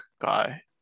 guy